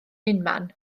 unman